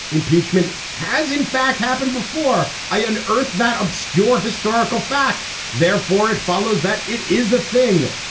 impeachment has in fact happened before. i an earth that obscure historical fact therefore it follows that it is a thing.